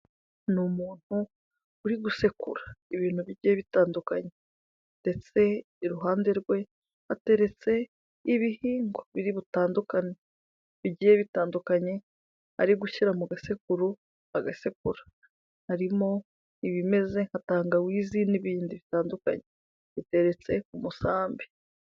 Ni umuntu uri gusekura ibintu bigiye bitandukanye, ndetse iruhande rwe hataretse ibihingwa biri butandukane, bigiye bitandukanye ari gushyira mu gasekuru agasekura, harimo ibimeze nka tangawizi n'ibindi bitandukanye, biteretse ku musambi.